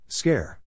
Scare